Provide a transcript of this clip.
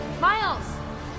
Miles